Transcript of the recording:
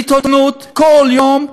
בעיתונות, כל יום,